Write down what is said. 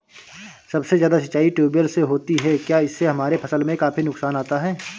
सबसे ज्यादा सिंचाई ट्यूबवेल से होती है क्या इससे हमारे फसल में काफी नुकसान आता है?